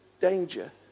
danger